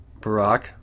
Barack